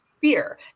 Fear